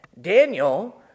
Daniel